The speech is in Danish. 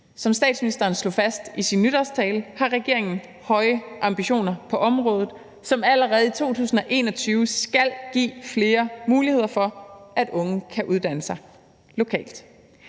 Som statsministeren slog fast i sin nytårstale, har regeringen høje ambitioner på området, som allerede i 2021 skal give flere muligheder for, at unge kan uddanne sig lokalt.